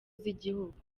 z’igihugu